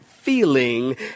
feeling